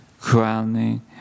crowning